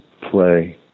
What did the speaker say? play